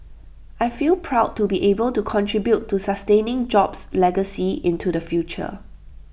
I feel proud to be able to contribute to sustaining jobs' legacy into the future